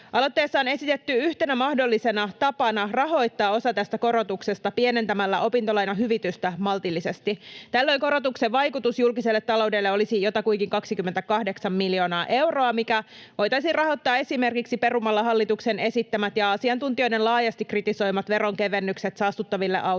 Aloitteessa on esitetty yhtenä mahdollisena tapana rahoittaa osa tästä korotuksesta pienentämällä opintolainahyvitystä maltillisesti. Tällöin korotuksen vaikutus julkiselle taloudelle olisi jotakuinkin 28 miljoonaa euroa, mikä voitaisiin rahoittaa esimerkiksi perumalla hallituksen esittämät ja asiantuntijoiden laajasti kritisoimat veronkevennykset saastuttaville autoille